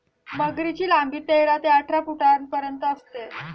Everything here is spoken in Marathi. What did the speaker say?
मगरीची लांबी तेरा ते अठरा फुटांपर्यंत असते